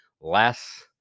less